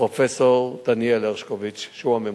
פרופסור דניאל הרשקוביץ, שהוא הממונה.